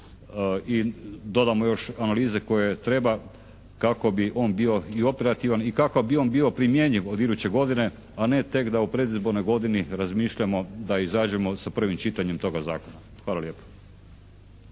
i dodamo još analize koje treba kako bi on bio i operativan i kako bi on bio primjenjiv od iduće godine, a ne tek da u predizbornoj godini razmišljamo da izađemo sa prvim čitanjem toga zakona. Hvala lijepo.